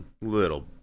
little